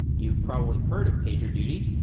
you've probably heard of pagerduty.